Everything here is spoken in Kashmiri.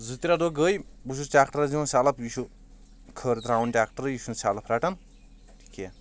زٕ ترٛےٚ دۄہہ گے بہٕ چھُس ٹریٚکٹرس دِوان سیٚلف یہِ چھُ کھر تراوان ٹریٚکٹرے یہِ چھنہٕ سیلف رٹان کینٛہہ